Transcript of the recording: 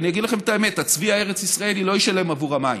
אני אגיד לכם את האמת: הצבי הארץ-ישראלי לא ישלם עבור המים,